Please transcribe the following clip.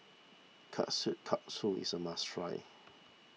Kushikatsu is a must try